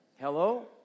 Hello